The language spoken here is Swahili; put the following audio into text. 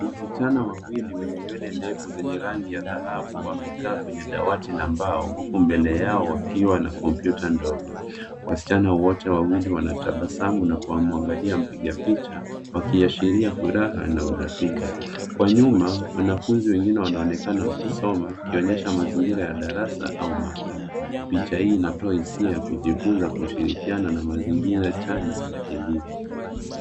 Wasichana wawili wenye nywele ndefu zenye rangi ya dhahabu wamekaa kwenye dawati la mbao huku mbele yao wakiwa na kompyuta ndogo. Wasichana wote wawili wanatabasamu na kumwangalia mpiga picha wakiashiria furaha na urafiki. Kwa nyuma wanafunzi wengine wanaonekana wakisoma wakiashiria mazingira ya darasa au maktaba. Picha hii inatoa hisia ya kujifunza kuzishirikiana mazingira chanya ya elimu.